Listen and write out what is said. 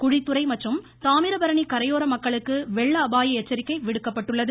குழித்துறை மற்றும் தாமிரபரணி கரையோர மக்களுக்கு வெள்ள அபாய எச்சரிக்கை விடுக்கப்பட்டுள்ளது